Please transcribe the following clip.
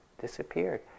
Disappeared